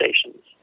stations